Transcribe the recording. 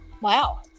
Wow